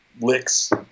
licks